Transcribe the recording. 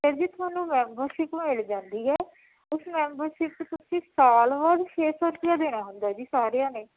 ਫਿਰ ਜੀ ਤੁਹਾਨੂੰ ਮੈਬਰਸ਼ਿਪ ਮਿਲ ਜਾਂਦੀ ਹੈ ਉਸ ਮੈਬਰਸ਼ਿਪ 'ਚ ਤੁਸੀਂ ਸਾਲ ਬਾਅਦ ਛੇ ਸੌ ਰੁਪਇਆ ਦੇਣਾ ਹੁੰਦਾ ਹੈ ਜੀ ਸਾਰਿਆਂ ਨੇ